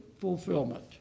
fulfillment